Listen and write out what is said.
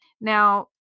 Now